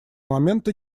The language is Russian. момента